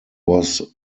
was